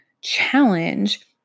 challenge